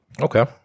Okay